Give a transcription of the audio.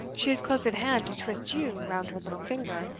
she is close at hand to twist you round her little finger,